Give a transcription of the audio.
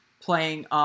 playing